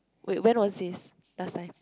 wait when was this last time